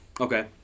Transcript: Okay